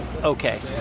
okay